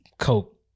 Coke